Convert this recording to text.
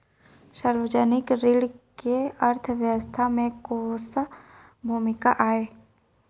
सार्वजनिक ऋण के अर्थव्यवस्था में कोस भूमिका आय?